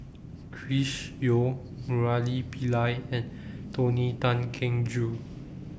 Chris Yeo Murali Pillai and Tony Tan Keng Joo